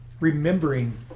Remembering